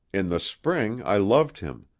in the spring i loved him.